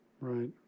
right